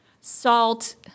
Salt